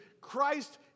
Christ